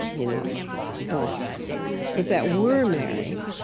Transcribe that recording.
you know but if that were mary,